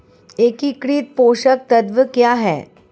एकीकृत पोषक तत्व क्या है?